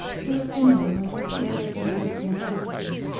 who, if any one, was his teacher in poetry and criticism.